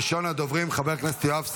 ראשון הדוברים, חבר הכנסת יואב סגלוביץ',